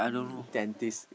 dentist